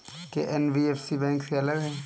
क्या NBFC bank से अलग है?